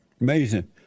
Amazing